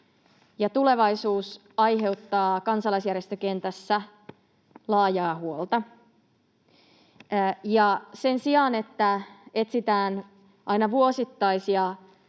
tulevaisuus aiheuttavat kansalaisjärjestökentässä laajaa huolta. Sen sijaan, että etsitään aina vuosittaisia